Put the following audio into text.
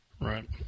Right